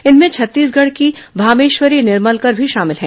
इनमें छत्तीसगढ़ की भामेश्वरी निर्मलकर भी शमिल हैं